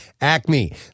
Acme